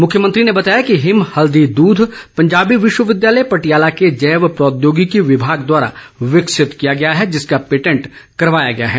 मुख्यमंत्री ने बताया कि हिम हल्दी दूध पंजाबी विश्वविद्यालय पटियाला के जैव प्रौद्योगिकी विभाग द्वारा विकसित किया गया है जिसका पेटेंट करवाया गया है